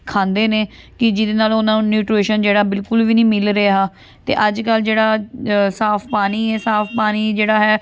ਖਾਂਦੇ ਨੇ ਕਿ ਜਿਹਦੇ ਨਾਲ ਉਹਨਾਂ ਨੂੰ ਨਿਊਟਰੀਸ਼ਨ ਜਿਹੜਾ ਬਿਲਕੁਲ ਵੀ ਨਹੀਂ ਮਿਲ ਰਿਹਾ ਤੇ ਅੱਜ ਕੱਲ੍ਹ ਜਿਹੜਾ ਅ ਸਾਫ ਪਾਣੀ ਹੈ ਸਾਫ ਪਾਣੀ ਜਿਹੜਾ ਹੈ